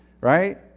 right